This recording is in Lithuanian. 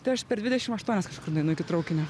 tai aš per dvidešim aštuonias kažkur nueinu iki traukinio